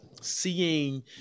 seeing